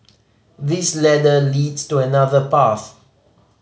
this ladder leads to another path